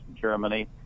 Germany